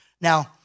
Now